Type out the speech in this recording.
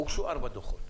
הוגשו ארבע דוחות,